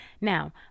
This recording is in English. Now